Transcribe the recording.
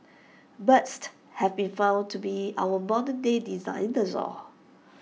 burst have been found to be our modern day